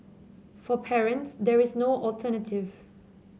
for parents there is no alternative